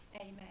Amen